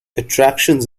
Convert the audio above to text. attractions